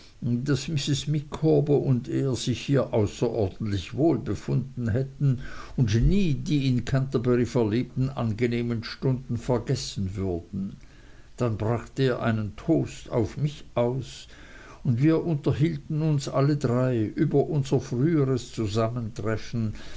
daß mrs micawber und er sich hier außerordentlich wohl befunden hätten und nie die in canterbury verlebten angenehmen stunden vergessen würden dann brachte er einen toast auf mich aus und wir unterhielten uns alle drei über unser früheres zusammentreffen